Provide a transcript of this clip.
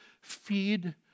feed